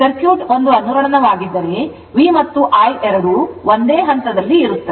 circuit ಒಂದು ಅನುರಣನವಾಗಿದ್ದರೆ V ಮತ್ತು I ಎರಡೂ ಒಂದೇ ಹಂತದಲ್ಲಿ ಯಾವ ಕರೆಯಲ್ಲಿ ಇರುತ್ತವೆ